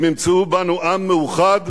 הם ימצאו בנו עם מאוחד